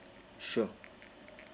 sure